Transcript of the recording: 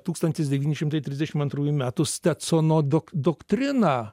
tūkstantis devyni šimtai trisdešim antrųjų metų stetsono dok doktriną